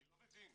אני לא מבין,